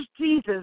Jesus